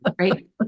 right